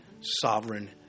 sovereign